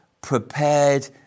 prepared